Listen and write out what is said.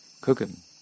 cooking